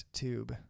tube